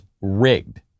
rigged